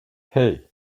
hey